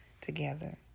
together